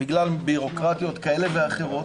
בגלל בירוקרטיות כאלה ואחרות,